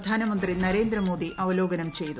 പ്രധാനമന്ത്രി നരേന്ദ്രമോദി അവലോകനം ചെയ്തു